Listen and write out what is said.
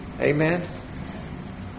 Amen